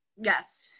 Yes